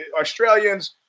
Australians